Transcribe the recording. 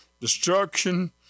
destruction